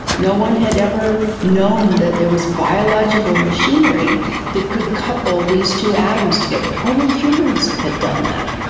no one had ever known that there was biological machinery that could couple these two atoms together, only humans had done that.